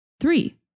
Three